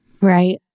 Right